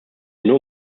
nur